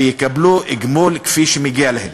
ויקבלו גמול כפי שמגיע להם.